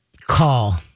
Call